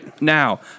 Now